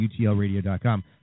utlradio.com